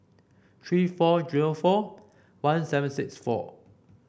three four zero four one seven six four